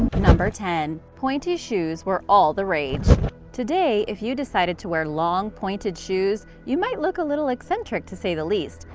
ten. pointy shoes were all the rage today, if you decided to wear long, pointed shoes, you might look a little eccentric to say the least,